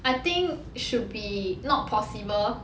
I think should be not possible